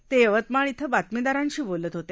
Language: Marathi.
ते यवतमाळ इथं बातमीदारांशी बोलत होते